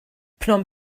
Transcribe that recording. phnom